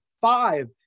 five